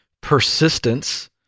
persistence